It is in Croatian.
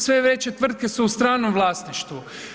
Sve veće tvrtke su u stranom vlasništvu.